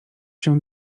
się